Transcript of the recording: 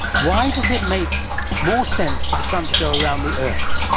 why does it make more sense for the sun to go around the earth?